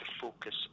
focus